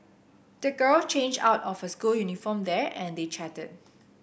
the girl changed out of her school uniform there and they chatted